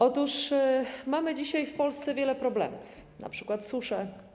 Otóż mamy dzisiaj w Polsce wiele problemów, np. suszę.